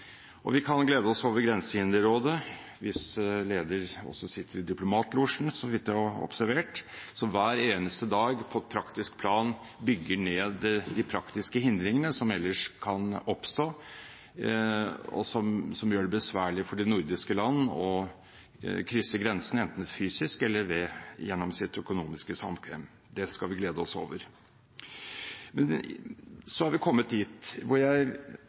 Vi kan glede oss over Grensehinderrådet – hvis leder sitter i diplomatlosjen, så vidt jeg har observert – som hver eneste dag på praktisk plan bygger ned de praktiske hindringene som ellers kan oppstå, som gjør det besværlig å krysse grensene mellom de nordiske land, enten fysisk eller gjennom det økonomiske samkvem. Det skal vi glede oss over. Så har vi kommet dit hvor jeg